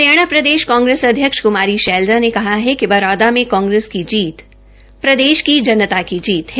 हरियाणा प्रदेश कांग्रेस अध्यक्ष कुमारी शैलजा ने कहा है कि बरौदा में कांग्रेस की जीत प्रदेश की जनता की जीत है